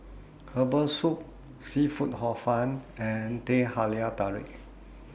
Herbal Soup Seafood Hor Fun and Teh Halia Tarik